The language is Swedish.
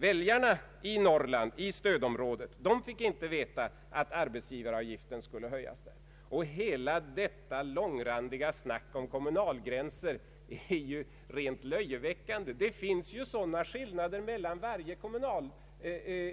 Väljarna i Norrland, i stödområdet, fick inte veta att arbetsgivaravgiften skulle höjas där. Hela detta långrandiga snack om kommunalgränser är ju rent löjeväckande. Det finns ju skillnader mellan varje kommunal